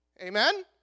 Amen